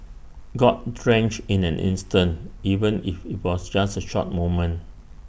got drenched in an instant even if IT was just A short moment